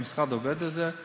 המשרד עובד על זה,